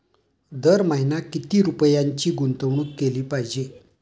दर महिना किती रुपयांची गुंतवणूक केली पाहिजे?